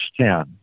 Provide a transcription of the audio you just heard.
ten